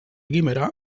guimerà